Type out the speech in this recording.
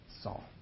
Saul